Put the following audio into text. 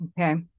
Okay